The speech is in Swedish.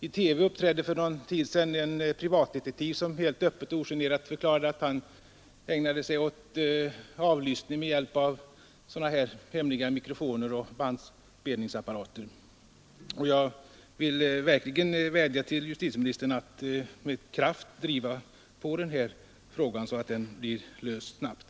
I TV uppträdde för någon tid sedan en privatdetektiv som helt öppet och ogenerat förklarade att han ägnade sig åt avlyssning med hjälp av hemliga mikrofoner och bandinspelningsapparater. Jag vill verkligen vädja till justitieministern att med kraft driva på frågan, så att den blir löst snabbt.